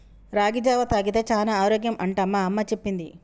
రాగి జావా తాగితే చానా ఆరోగ్యం అంట మా అమ్మ చెప్పింది